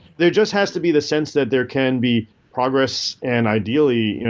there just has to be the sense that there can be progress. and ideally,